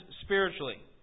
spiritually